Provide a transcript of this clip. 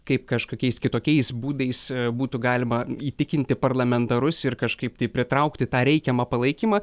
kaip kažkokiais kitokiais būdais būtų galima įtikinti parlamentarus ir kažkaip taip pritraukti tą reikiamą palaikymą